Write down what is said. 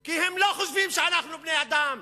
כי הם לא חושבים שאנחנו בני-אדם.